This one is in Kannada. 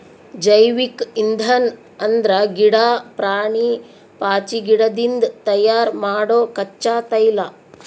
ಜೈವಿಕ್ ಇಂಧನ್ ಅಂದ್ರ ಗಿಡಾ, ಪ್ರಾಣಿ, ಪಾಚಿಗಿಡದಿಂದ್ ತಯಾರ್ ಮಾಡೊ ಕಚ್ಚಾ ತೈಲ